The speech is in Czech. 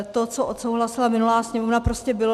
To, co odsouhlasila minulá Sněmovna, prostě bylo.